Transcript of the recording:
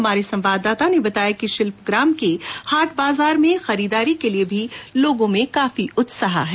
हमारे संवाददाता ने बताया कि शिल्पग्राम के हाट बाजार में खरीदारी के लिए भी लोगों में काफी उत्साह है